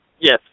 Yes